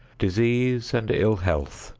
disease and ill health,